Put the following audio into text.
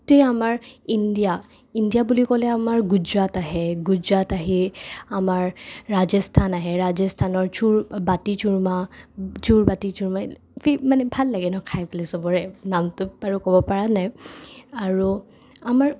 গোটেই আমাৰ India India বুলি ক'লে আমাৰ গুজৰাট আহে গুজৰাট আহি আমাৰ ৰাজস্থান আহে ৰাজস্থানৰ ছুৰ বাতি ছুৰমা ছুৰ বাতি ছুৰমা মানে ভাল লাগে ন খায় পেলাই চবৰে আৰু নামটো ক'বপৰা নাই আৰু আমাৰ